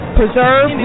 preserve